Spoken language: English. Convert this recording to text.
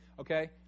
okay